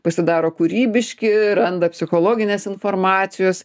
pasidaro kūrybiški randa psichologinės informacijos